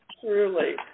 Truly